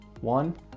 one